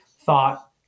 thought